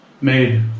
Made